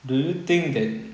do you think that